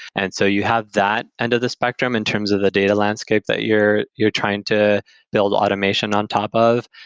and so you have that end of the spectrum in terms of the data landscape that you're you're trying to build automation on top of.